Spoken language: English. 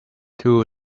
two